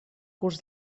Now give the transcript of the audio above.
curs